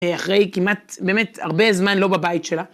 אחרי כמעט באמת הרבה זמן לא בבית שלה.